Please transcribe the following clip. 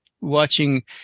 watching